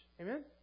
Amen